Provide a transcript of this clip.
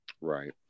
Right